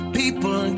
people